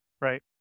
Right